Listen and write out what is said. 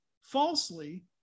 falsely